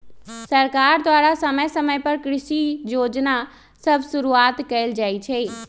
सरकार द्वारा समय समय पर कृषि जोजना सभ शुरुआत कएल जाइ छइ